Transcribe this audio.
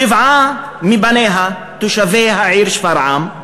שבעה מבניה תושבי העיר שפרעם,